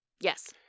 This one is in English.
Yes